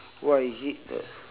what is it that